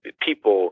people